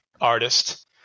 artist